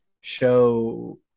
show